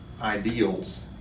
ideals